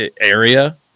area